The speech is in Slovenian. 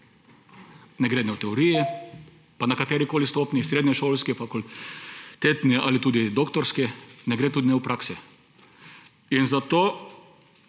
Ne gre ne v teoriji – pa na katerikoli stopnji, srednješolski, fakultetni ali tudi doktorski – ne v praksi. Zato